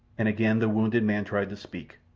and again the wounded man tried to speak.